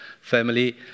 family